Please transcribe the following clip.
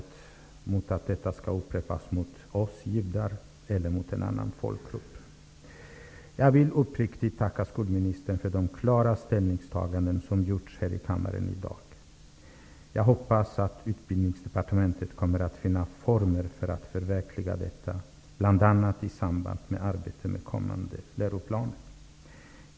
Det är det bästa sättet att motverka att det som hänt upprepas för oss judar eller någon annan folkgrupp. Jag vill uppriktigt tacka skolministern för de klara ställningstaganden som gjorts här i kammaren i dag. Vidare hoppas jag att Utbildningsdepartementet skall finna former för ett förverkligande av det som jag här talat om bl.a. i arbetet i samband med kommande läroplaner.